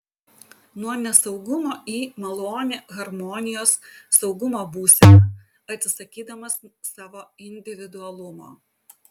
nuo nesaugumo į malonią harmonijos saugumo būseną atsisakydamas savo individualumo